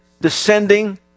descending